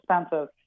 expensive